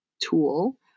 tool